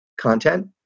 content